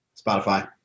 spotify